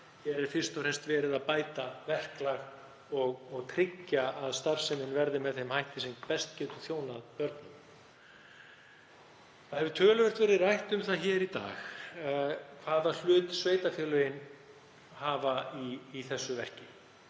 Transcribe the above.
Hér er fyrst og fremst verið að bæta verklag og tryggja að starfsemi verði með þeim hætti sem best getur þjónað börnum. Töluvert hefur verið rætt um það hér í dag hvaða hlut sveitarfélögin hafi í þessu verki